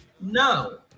No